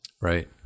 right